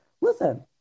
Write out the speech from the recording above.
Listen